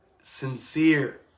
sincere